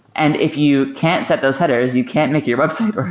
and if you can't set those headers, you can't make your website work,